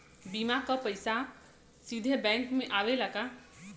बीमा क पैसा सीधे बैंक में आवेला का?